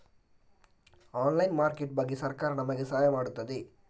Online market ಬಗ್ಗೆ ಸರಕಾರ ನಮಗೆ ಸಹಾಯ ಮಾಡುತ್ತದೆ?